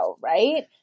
right